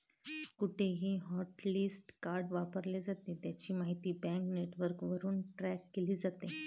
कुठेही hotlist card वापरले जाते, त्याची माहिती बँक नेटवर्कवरून ट्रॅक केली जाते